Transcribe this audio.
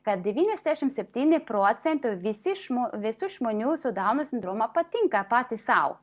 kad devyniasdešimt septyni procentai visi žmo visų žmonių su dauno sindromu patinka patys sau